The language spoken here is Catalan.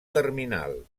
terminal